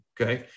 okay